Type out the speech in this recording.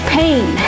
pain